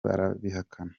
barabihakana